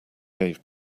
gave